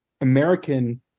American